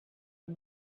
got